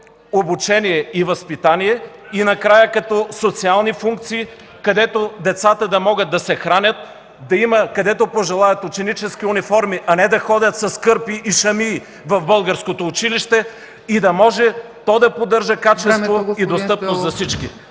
обучение и възпитание и накрая като социални функции, където децата да могат да се хранят, да има, където пожелаят, ученически униформи, а не да ходят с кърпи и шамии в българското училище, да може то да поддържа качество и да е достъпно за всички.